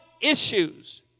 issues